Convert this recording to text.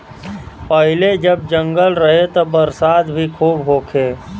पहिले जब जंगल रहे त बरसात भी खूब होखे